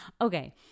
Okay